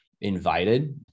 invited